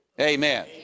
Amen